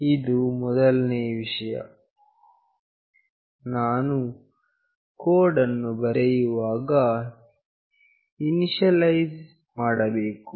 ಇದು ಮೊದಲನೆಯ ವಿಷಯ ನಾವು ಕೋಡ್ ಅನ್ನು ಬರೆಯುವಾಗ ಇನೀಷಿಯಲೈಸ್ ಮಾಡಬೇಕು